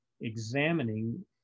examining